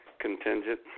contingent